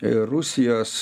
ir rusijos